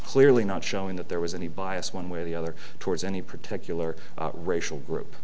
clearly not showing that there was any bias one way or the other towards any particular racial group